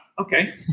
Okay